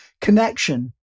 connection